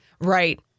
Right